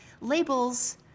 labels